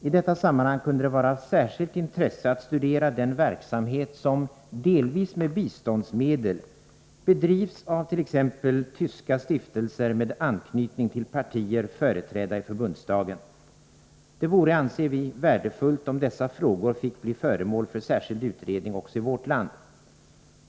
I detta sammanhang kunde det vara av särskilt intresse att studera den verksamhet som, delvis med biståndsmedel, bedrivs av t.ex. tyska stiftelser med anknytning till partier företrädda i förbundsdagen. Det vore, anser vi, värdefullt om dessa frågor fick bli föremål för särskild utredning också i vårt land.